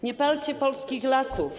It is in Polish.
Nie palcie polskich lasów.